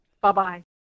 Bye-bye